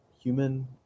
human